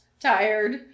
tired